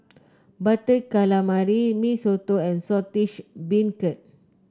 Butter Calamari Mee Soto and Saltish Beancurd